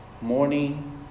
morning